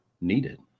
needed